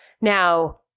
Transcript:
Now